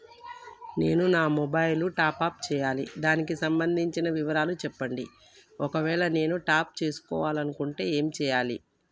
నేను నా mobile top up చేయాలి దానికి సంబంధించిన వివరాలు చెప్పండి ఒకవేళ నేను టాప్ చేసుకోవాలనుకుంటే ఏం చేయాలి?